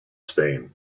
spain